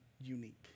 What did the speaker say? unique